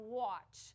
watch